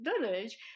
village